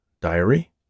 Diary